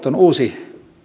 on uusi